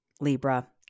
Libra